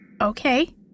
Okay